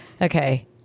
Okay